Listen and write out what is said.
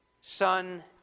Son